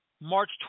March